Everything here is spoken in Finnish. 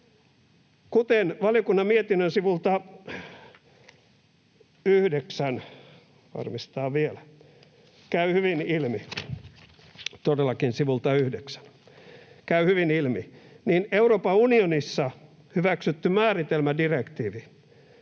todellakin sivulta 9 — käy hyvin ilmi, niin Euroopan unionissa hyväksytty määritelmädirektiivi